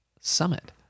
summit